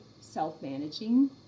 self-managing